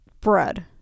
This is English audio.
bread